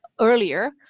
earlier